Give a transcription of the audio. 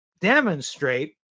demonstrate